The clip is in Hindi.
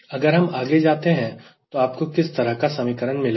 अगर हम आगे जाते हैं तो आपको किस तरह का समीकरण मिलेगा